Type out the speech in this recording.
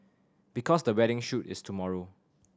because the wedding shoot is tomorrow